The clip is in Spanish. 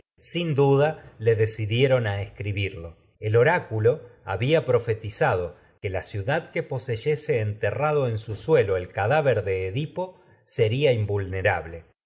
a duda le deci escribirlo el oráculo había profetiza en que la ciudad cadáver que de lo poseyese enterrado su suelo el edipo sería se invulnerable